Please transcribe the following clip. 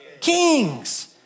kings